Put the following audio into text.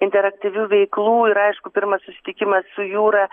interaktyvių veiklų ir aišku pirmas susitikimas su jūra